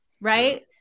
right